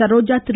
Saroja Thiru